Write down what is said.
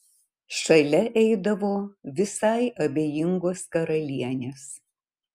šalia eidavo visai abejingos karalienės